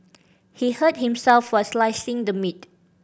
he hurt himself while slicing the meat